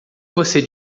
você